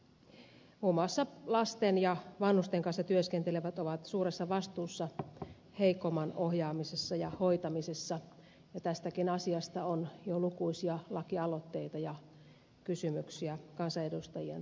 muun muassa lasten ja vanhusten kanssa työskentelevät ovat suuressa vastuussa heikomman ohjaamisessa ja hoitamisessa ja tästäkin asiasta on jo lukuisia lakialoitteita ja kysymyksiä kansanedustajien taholta tehty